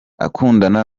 akundana